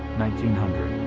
nine hundred.